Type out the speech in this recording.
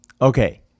Okay